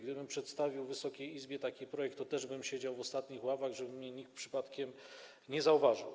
Gdybym przedstawił Wysokiej Izbie taki projekt, to też bym siedział w ostatnich ławach, żeby mnie nikt przypadkiem nie zauważył.